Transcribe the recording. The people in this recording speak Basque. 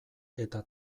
eta